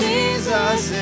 Jesus